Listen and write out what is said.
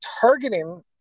targeting